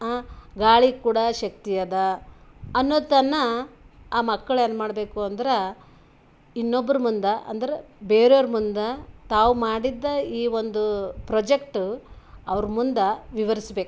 ಗಾಳಿಗೆ ಕೂಡ ಶಕ್ತಿ ಅದ ಅನ್ನೋತನ ಆ ಮಕ್ಳು ಏನ್ಮಾಡಬೇಕು ಅಂದ್ರೆ ಇನ್ನೊಬ್ಬರು ಮುಂದೆ ಅಂದ್ರೆ ಬೇರೆಯವ್ರ ಮುಂದೆ ತಾವು ಮಾಡಿದ್ದ ಈ ಒಂದು ಪ್ರೊಜೆಕ್ಟು ಅವ್ರ ಮುಂದೆ ವಿವರ್ಸ್ಬೇಕು